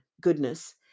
goodness